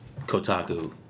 Kotaku